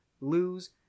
lose